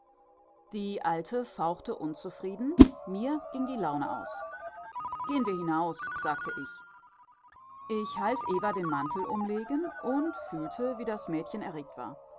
die alte fauchte unzufrieden mir ging die laune aus gehen wir hinaus sagte ich ich half eva den mantel umlegen und fühlte wie das mädchen erregt war